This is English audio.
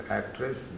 actress